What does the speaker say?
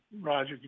Roger